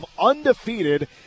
undefeated